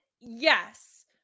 yes